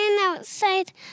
outside